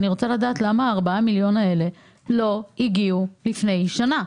למה ה-4 מיליון האלה לא הגיעו לפני שנה?